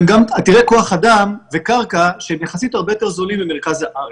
והם גם עתירי כוח אדם וקרקע והם יחסית הרבה יותר זולים ממרכז הארץ.